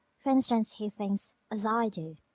for instance, he thinks as i do